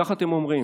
ככה אתם אומרים,